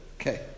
okay